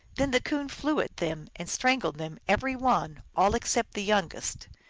then the coon flew at them and strangled them every one, all except the youngest,